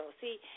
See